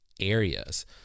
areas